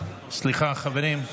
סליחה, חברים.